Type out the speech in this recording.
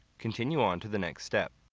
continue on to the next step.